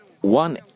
one